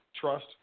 trust